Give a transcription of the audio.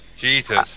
Jesus